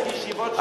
במשך ישיבות שלמות,